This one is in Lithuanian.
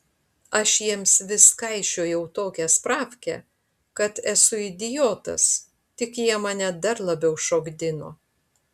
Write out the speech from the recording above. aš jiems vis kaišiojau tokią spravkę kad esu idiotas tik jie mane dar labiau šokdino